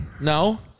No